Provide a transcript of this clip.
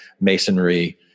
Masonry